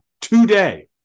today